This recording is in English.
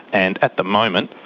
and at the moment,